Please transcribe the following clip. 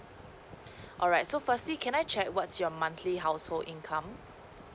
alright so firstly can I check what's your monthly household income